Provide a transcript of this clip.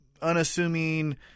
Unassuming